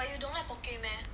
but you don't like poke meh